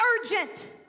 urgent